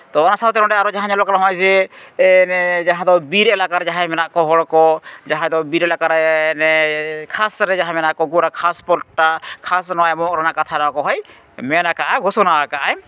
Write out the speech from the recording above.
ᱛᱚ ᱚᱱᱟ ᱥᱟᱶᱛᱮ ᱱᱚᱸᱰᱮ ᱟᱨᱦᱚᱸ ᱡᱟᱦᱟᱸ ᱧᱮᱞᱚᱜ ᱠᱟᱱᱟ ᱱᱚᱜᱼᱚᱭ ᱡᱮ ᱡᱟᱦᱟᱸ ᱫᱚ ᱵᱤᱨ ᱮᱞᱟᱠᱟᱨᱮ ᱡᱟᱦᱟᱸᱭ ᱢᱮᱱᱟᱜ ᱠᱚᱣᱟ ᱦᱚᱲ ᱠᱚ ᱡᱟᱦᱟᱸᱭ ᱫᱚ ᱵᱤᱨ ᱮᱞᱟᱠᱟ ᱨᱮᱱ ᱮ ᱠᱷᱟᱥ ᱨᱮ ᱡᱟᱦᱟᱸᱭ ᱢᱮᱱᱟᱜ ᱠᱚ ᱩᱱᱠᱩ ᱚᱱᱟ ᱠᱷᱟᱥ ᱯᱟᱴᱴᱟ ᱠᱷᱟᱥ ᱱᱚᱣᱟ ᱮᱢᱚᱜ ᱨᱮᱱᱟᱜ ᱠᱟᱛᱷᱟ ᱱᱚᱣᱟ ᱠᱚᱦᱚᱸᱭ ᱢᱮᱱ ᱟᱠᱟᱫ ᱟᱭ ᱜᱳᱥᱚᱱᱟ ᱟᱠᱟᱫ ᱟᱭ